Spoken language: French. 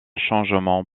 changement